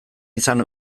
izan